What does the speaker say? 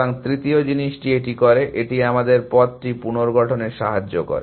সুতরাং তৃতীয় জিনিসটি এটি করে এটি আমাদের পথটি পুনর্গঠনে সাহায্য করে